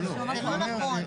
לא יודע אם מוצדק,